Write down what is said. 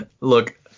look